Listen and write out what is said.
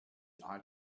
ought